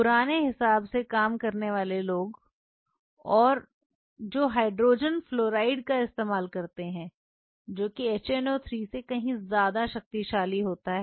पुराने हिसाब से काम करने वाले कुछ और लोग हैं जो हाइड्रोजन फ्लोरिड का इस्तेमाल करते हैं जो कि HNO3 से कहीं ज्यादा शक्तिशाली होता है